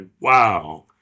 wow